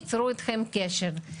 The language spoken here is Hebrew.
יצרו אתכם קשר.